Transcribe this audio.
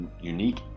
unique